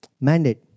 mandate